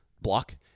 block